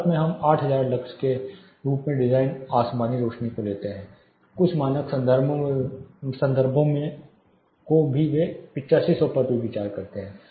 भारत में हम 8000 लक्स के रूप में डिजाइन आसमानी रोशनी को लेते हैं कुछ मानक संदर्भों को भी वे 8500 पर विचार करते हैं